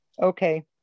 okay